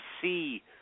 see